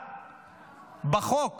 אפשרה בחוק